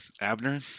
Abner